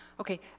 Okay